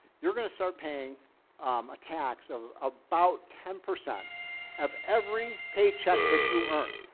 you're going to start paying a tax of about ten percent of every paycheck that you earn.